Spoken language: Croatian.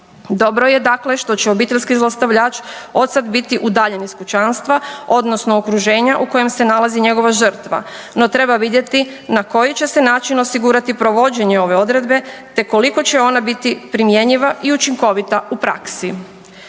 Dobro je dakle što se obiteljski zlostavljač od sad biti udaljen iz kućanstva odnosno okruženja u kojem se nalazi njegova žrtva, no treba vidjeti na koji će se način osigurati provođenje ove odredbe te koliko će ona biti primjenjiva i učinkovita u praksi.